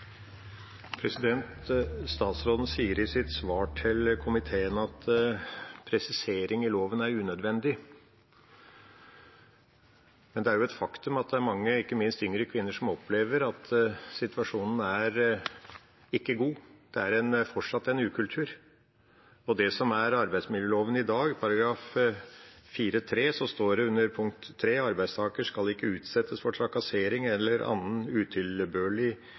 unødvendig. Men det er jo et faktum at det er mange, ikke minst yngre kvinner, som opplever at situasjonen ikke er god. Det er fortsatt en ukultur. I dagens arbeidsmiljølov § 4-3 står det i punkt 3, under kapitlet om det psykososiale arbeidsmiljøet: «Arbeidstaker skal ikke utsettes for trakassering eller annen utilbørlig